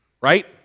right